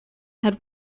had